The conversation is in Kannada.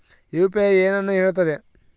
ಯು.ಪಿ.ಐ ಏನನ್ನು ಹೇಳುತ್ತದೆ?